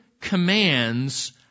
commands